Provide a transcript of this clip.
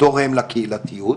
תורם לקהילתיות,